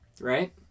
right